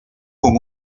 con